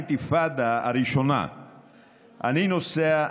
האינתיפאדה הראשונה אני נוסע,